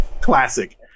classic